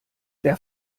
der